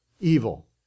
evil